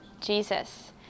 Jesus